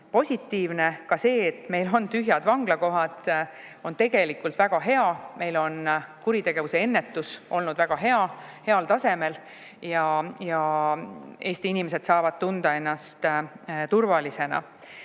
positiivne. Ka see, et meil on tühjad vanglakohad, on tegelikult väga hea, meil on kuritegevuse ennetus olnud väga heal tasemel ja Eesti inimesed saavad tunda ennast turvaliselt.